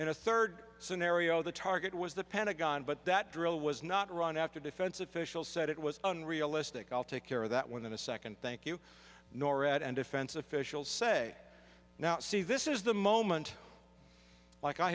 in a third scenario the target was the pentagon but that drill was not run after defense officials said it was an realistic i'll take care of that one in a second thank you norad and defense officials say now see this is the moment like i